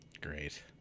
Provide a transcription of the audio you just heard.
Great